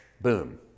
boom